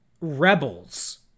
rebels